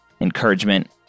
encouragement